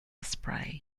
spray